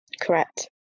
Correct